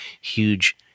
huge